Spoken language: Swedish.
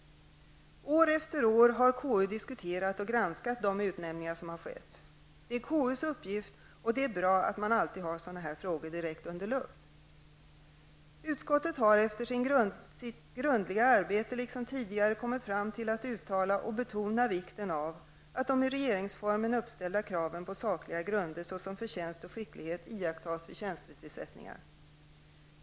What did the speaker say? År efter år har KU diskuterat och granskat de utnämningar som har skett. Det är KUs uppgift, och det är bra att man alltid har sådana frågor direkt under lupp. Utskottet har efter sitt grundliga arbete liksom tidigare kommit fram till att uttala och betona vikten av att de i regeringsformen uppställda kraven på sakliga grunder såsom förtjänst och skicklighet iakttas vid tjänstetillsättningar.